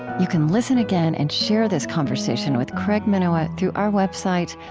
you can listen again and share this conversation with craig minowa through our website,